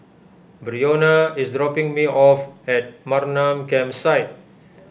Breonna is dropping me off at Mamam Campsite